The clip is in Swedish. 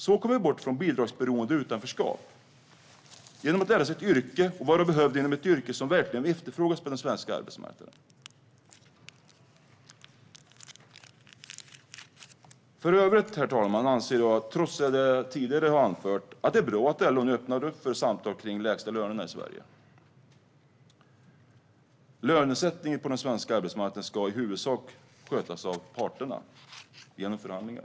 Genom att människor lär sig ett yrke och är behövda inom ett yrke som verkligen efterfrågas på den svenska arbetsmarknaden kommer de bort från bidragsberoende och utanförskap. Herr talman! I övrigt anser jag, trots det som jag tidigare har anfört, att det är bra att LO nu öppnar upp för samtal om lägstalönerna i Sverige. Lönesättningen på den svenska arbetsmarknaden ska i huvudsak skötas av parterna genom förhandlingar.